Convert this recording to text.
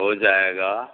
ہو جائے گا